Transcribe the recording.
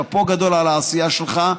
שאפו גדול על העשייה שלך.